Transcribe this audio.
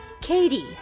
Katie